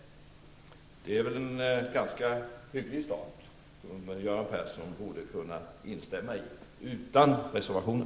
Det är en ganska hygglig start, och detta borde Göran Persson kunna instämma i utan reservationer.